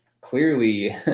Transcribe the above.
clearly